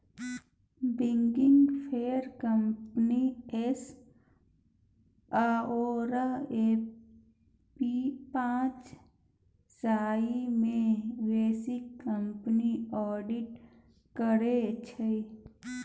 big four company S आओर P पाँच सय मे सँ बेसी कंपनीक आडिट करै छै